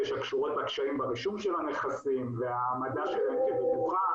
שקשורות בקשיים ברישום של הנכסים וההעמדה שלהם כבטוחה,